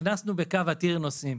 הכנסנו בקו עתיר נוסעים,